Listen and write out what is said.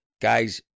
guys